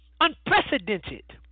unprecedented